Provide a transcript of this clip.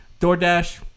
DoorDash